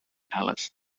palace